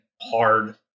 hard